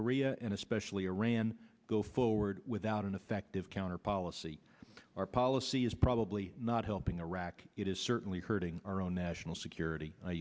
korea and especially a ran go forward without an effective counter policy our policy is probably not helping iraq it is certainly hurting our own national